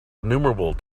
innumerable